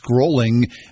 scrolling